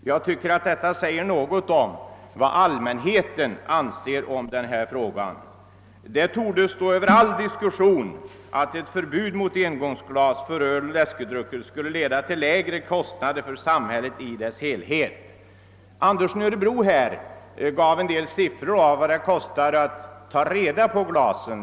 Jag tycker att detta säger något om vad allmänheten anser om denna sak. Det torde stå över all diskussion att förbud mot engångsglas för öl och läskedrycker skulle leda till lägre kostnader för samhället i dess helhet. Herr Andersson i Örebro nämnde en del siffror för vad det kostar att ta reda på glasen.